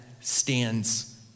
stands